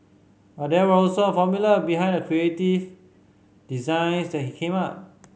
but there was also a formula behind the creative designs that he came up